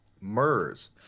MERS